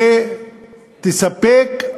שתספק,